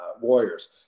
Warriors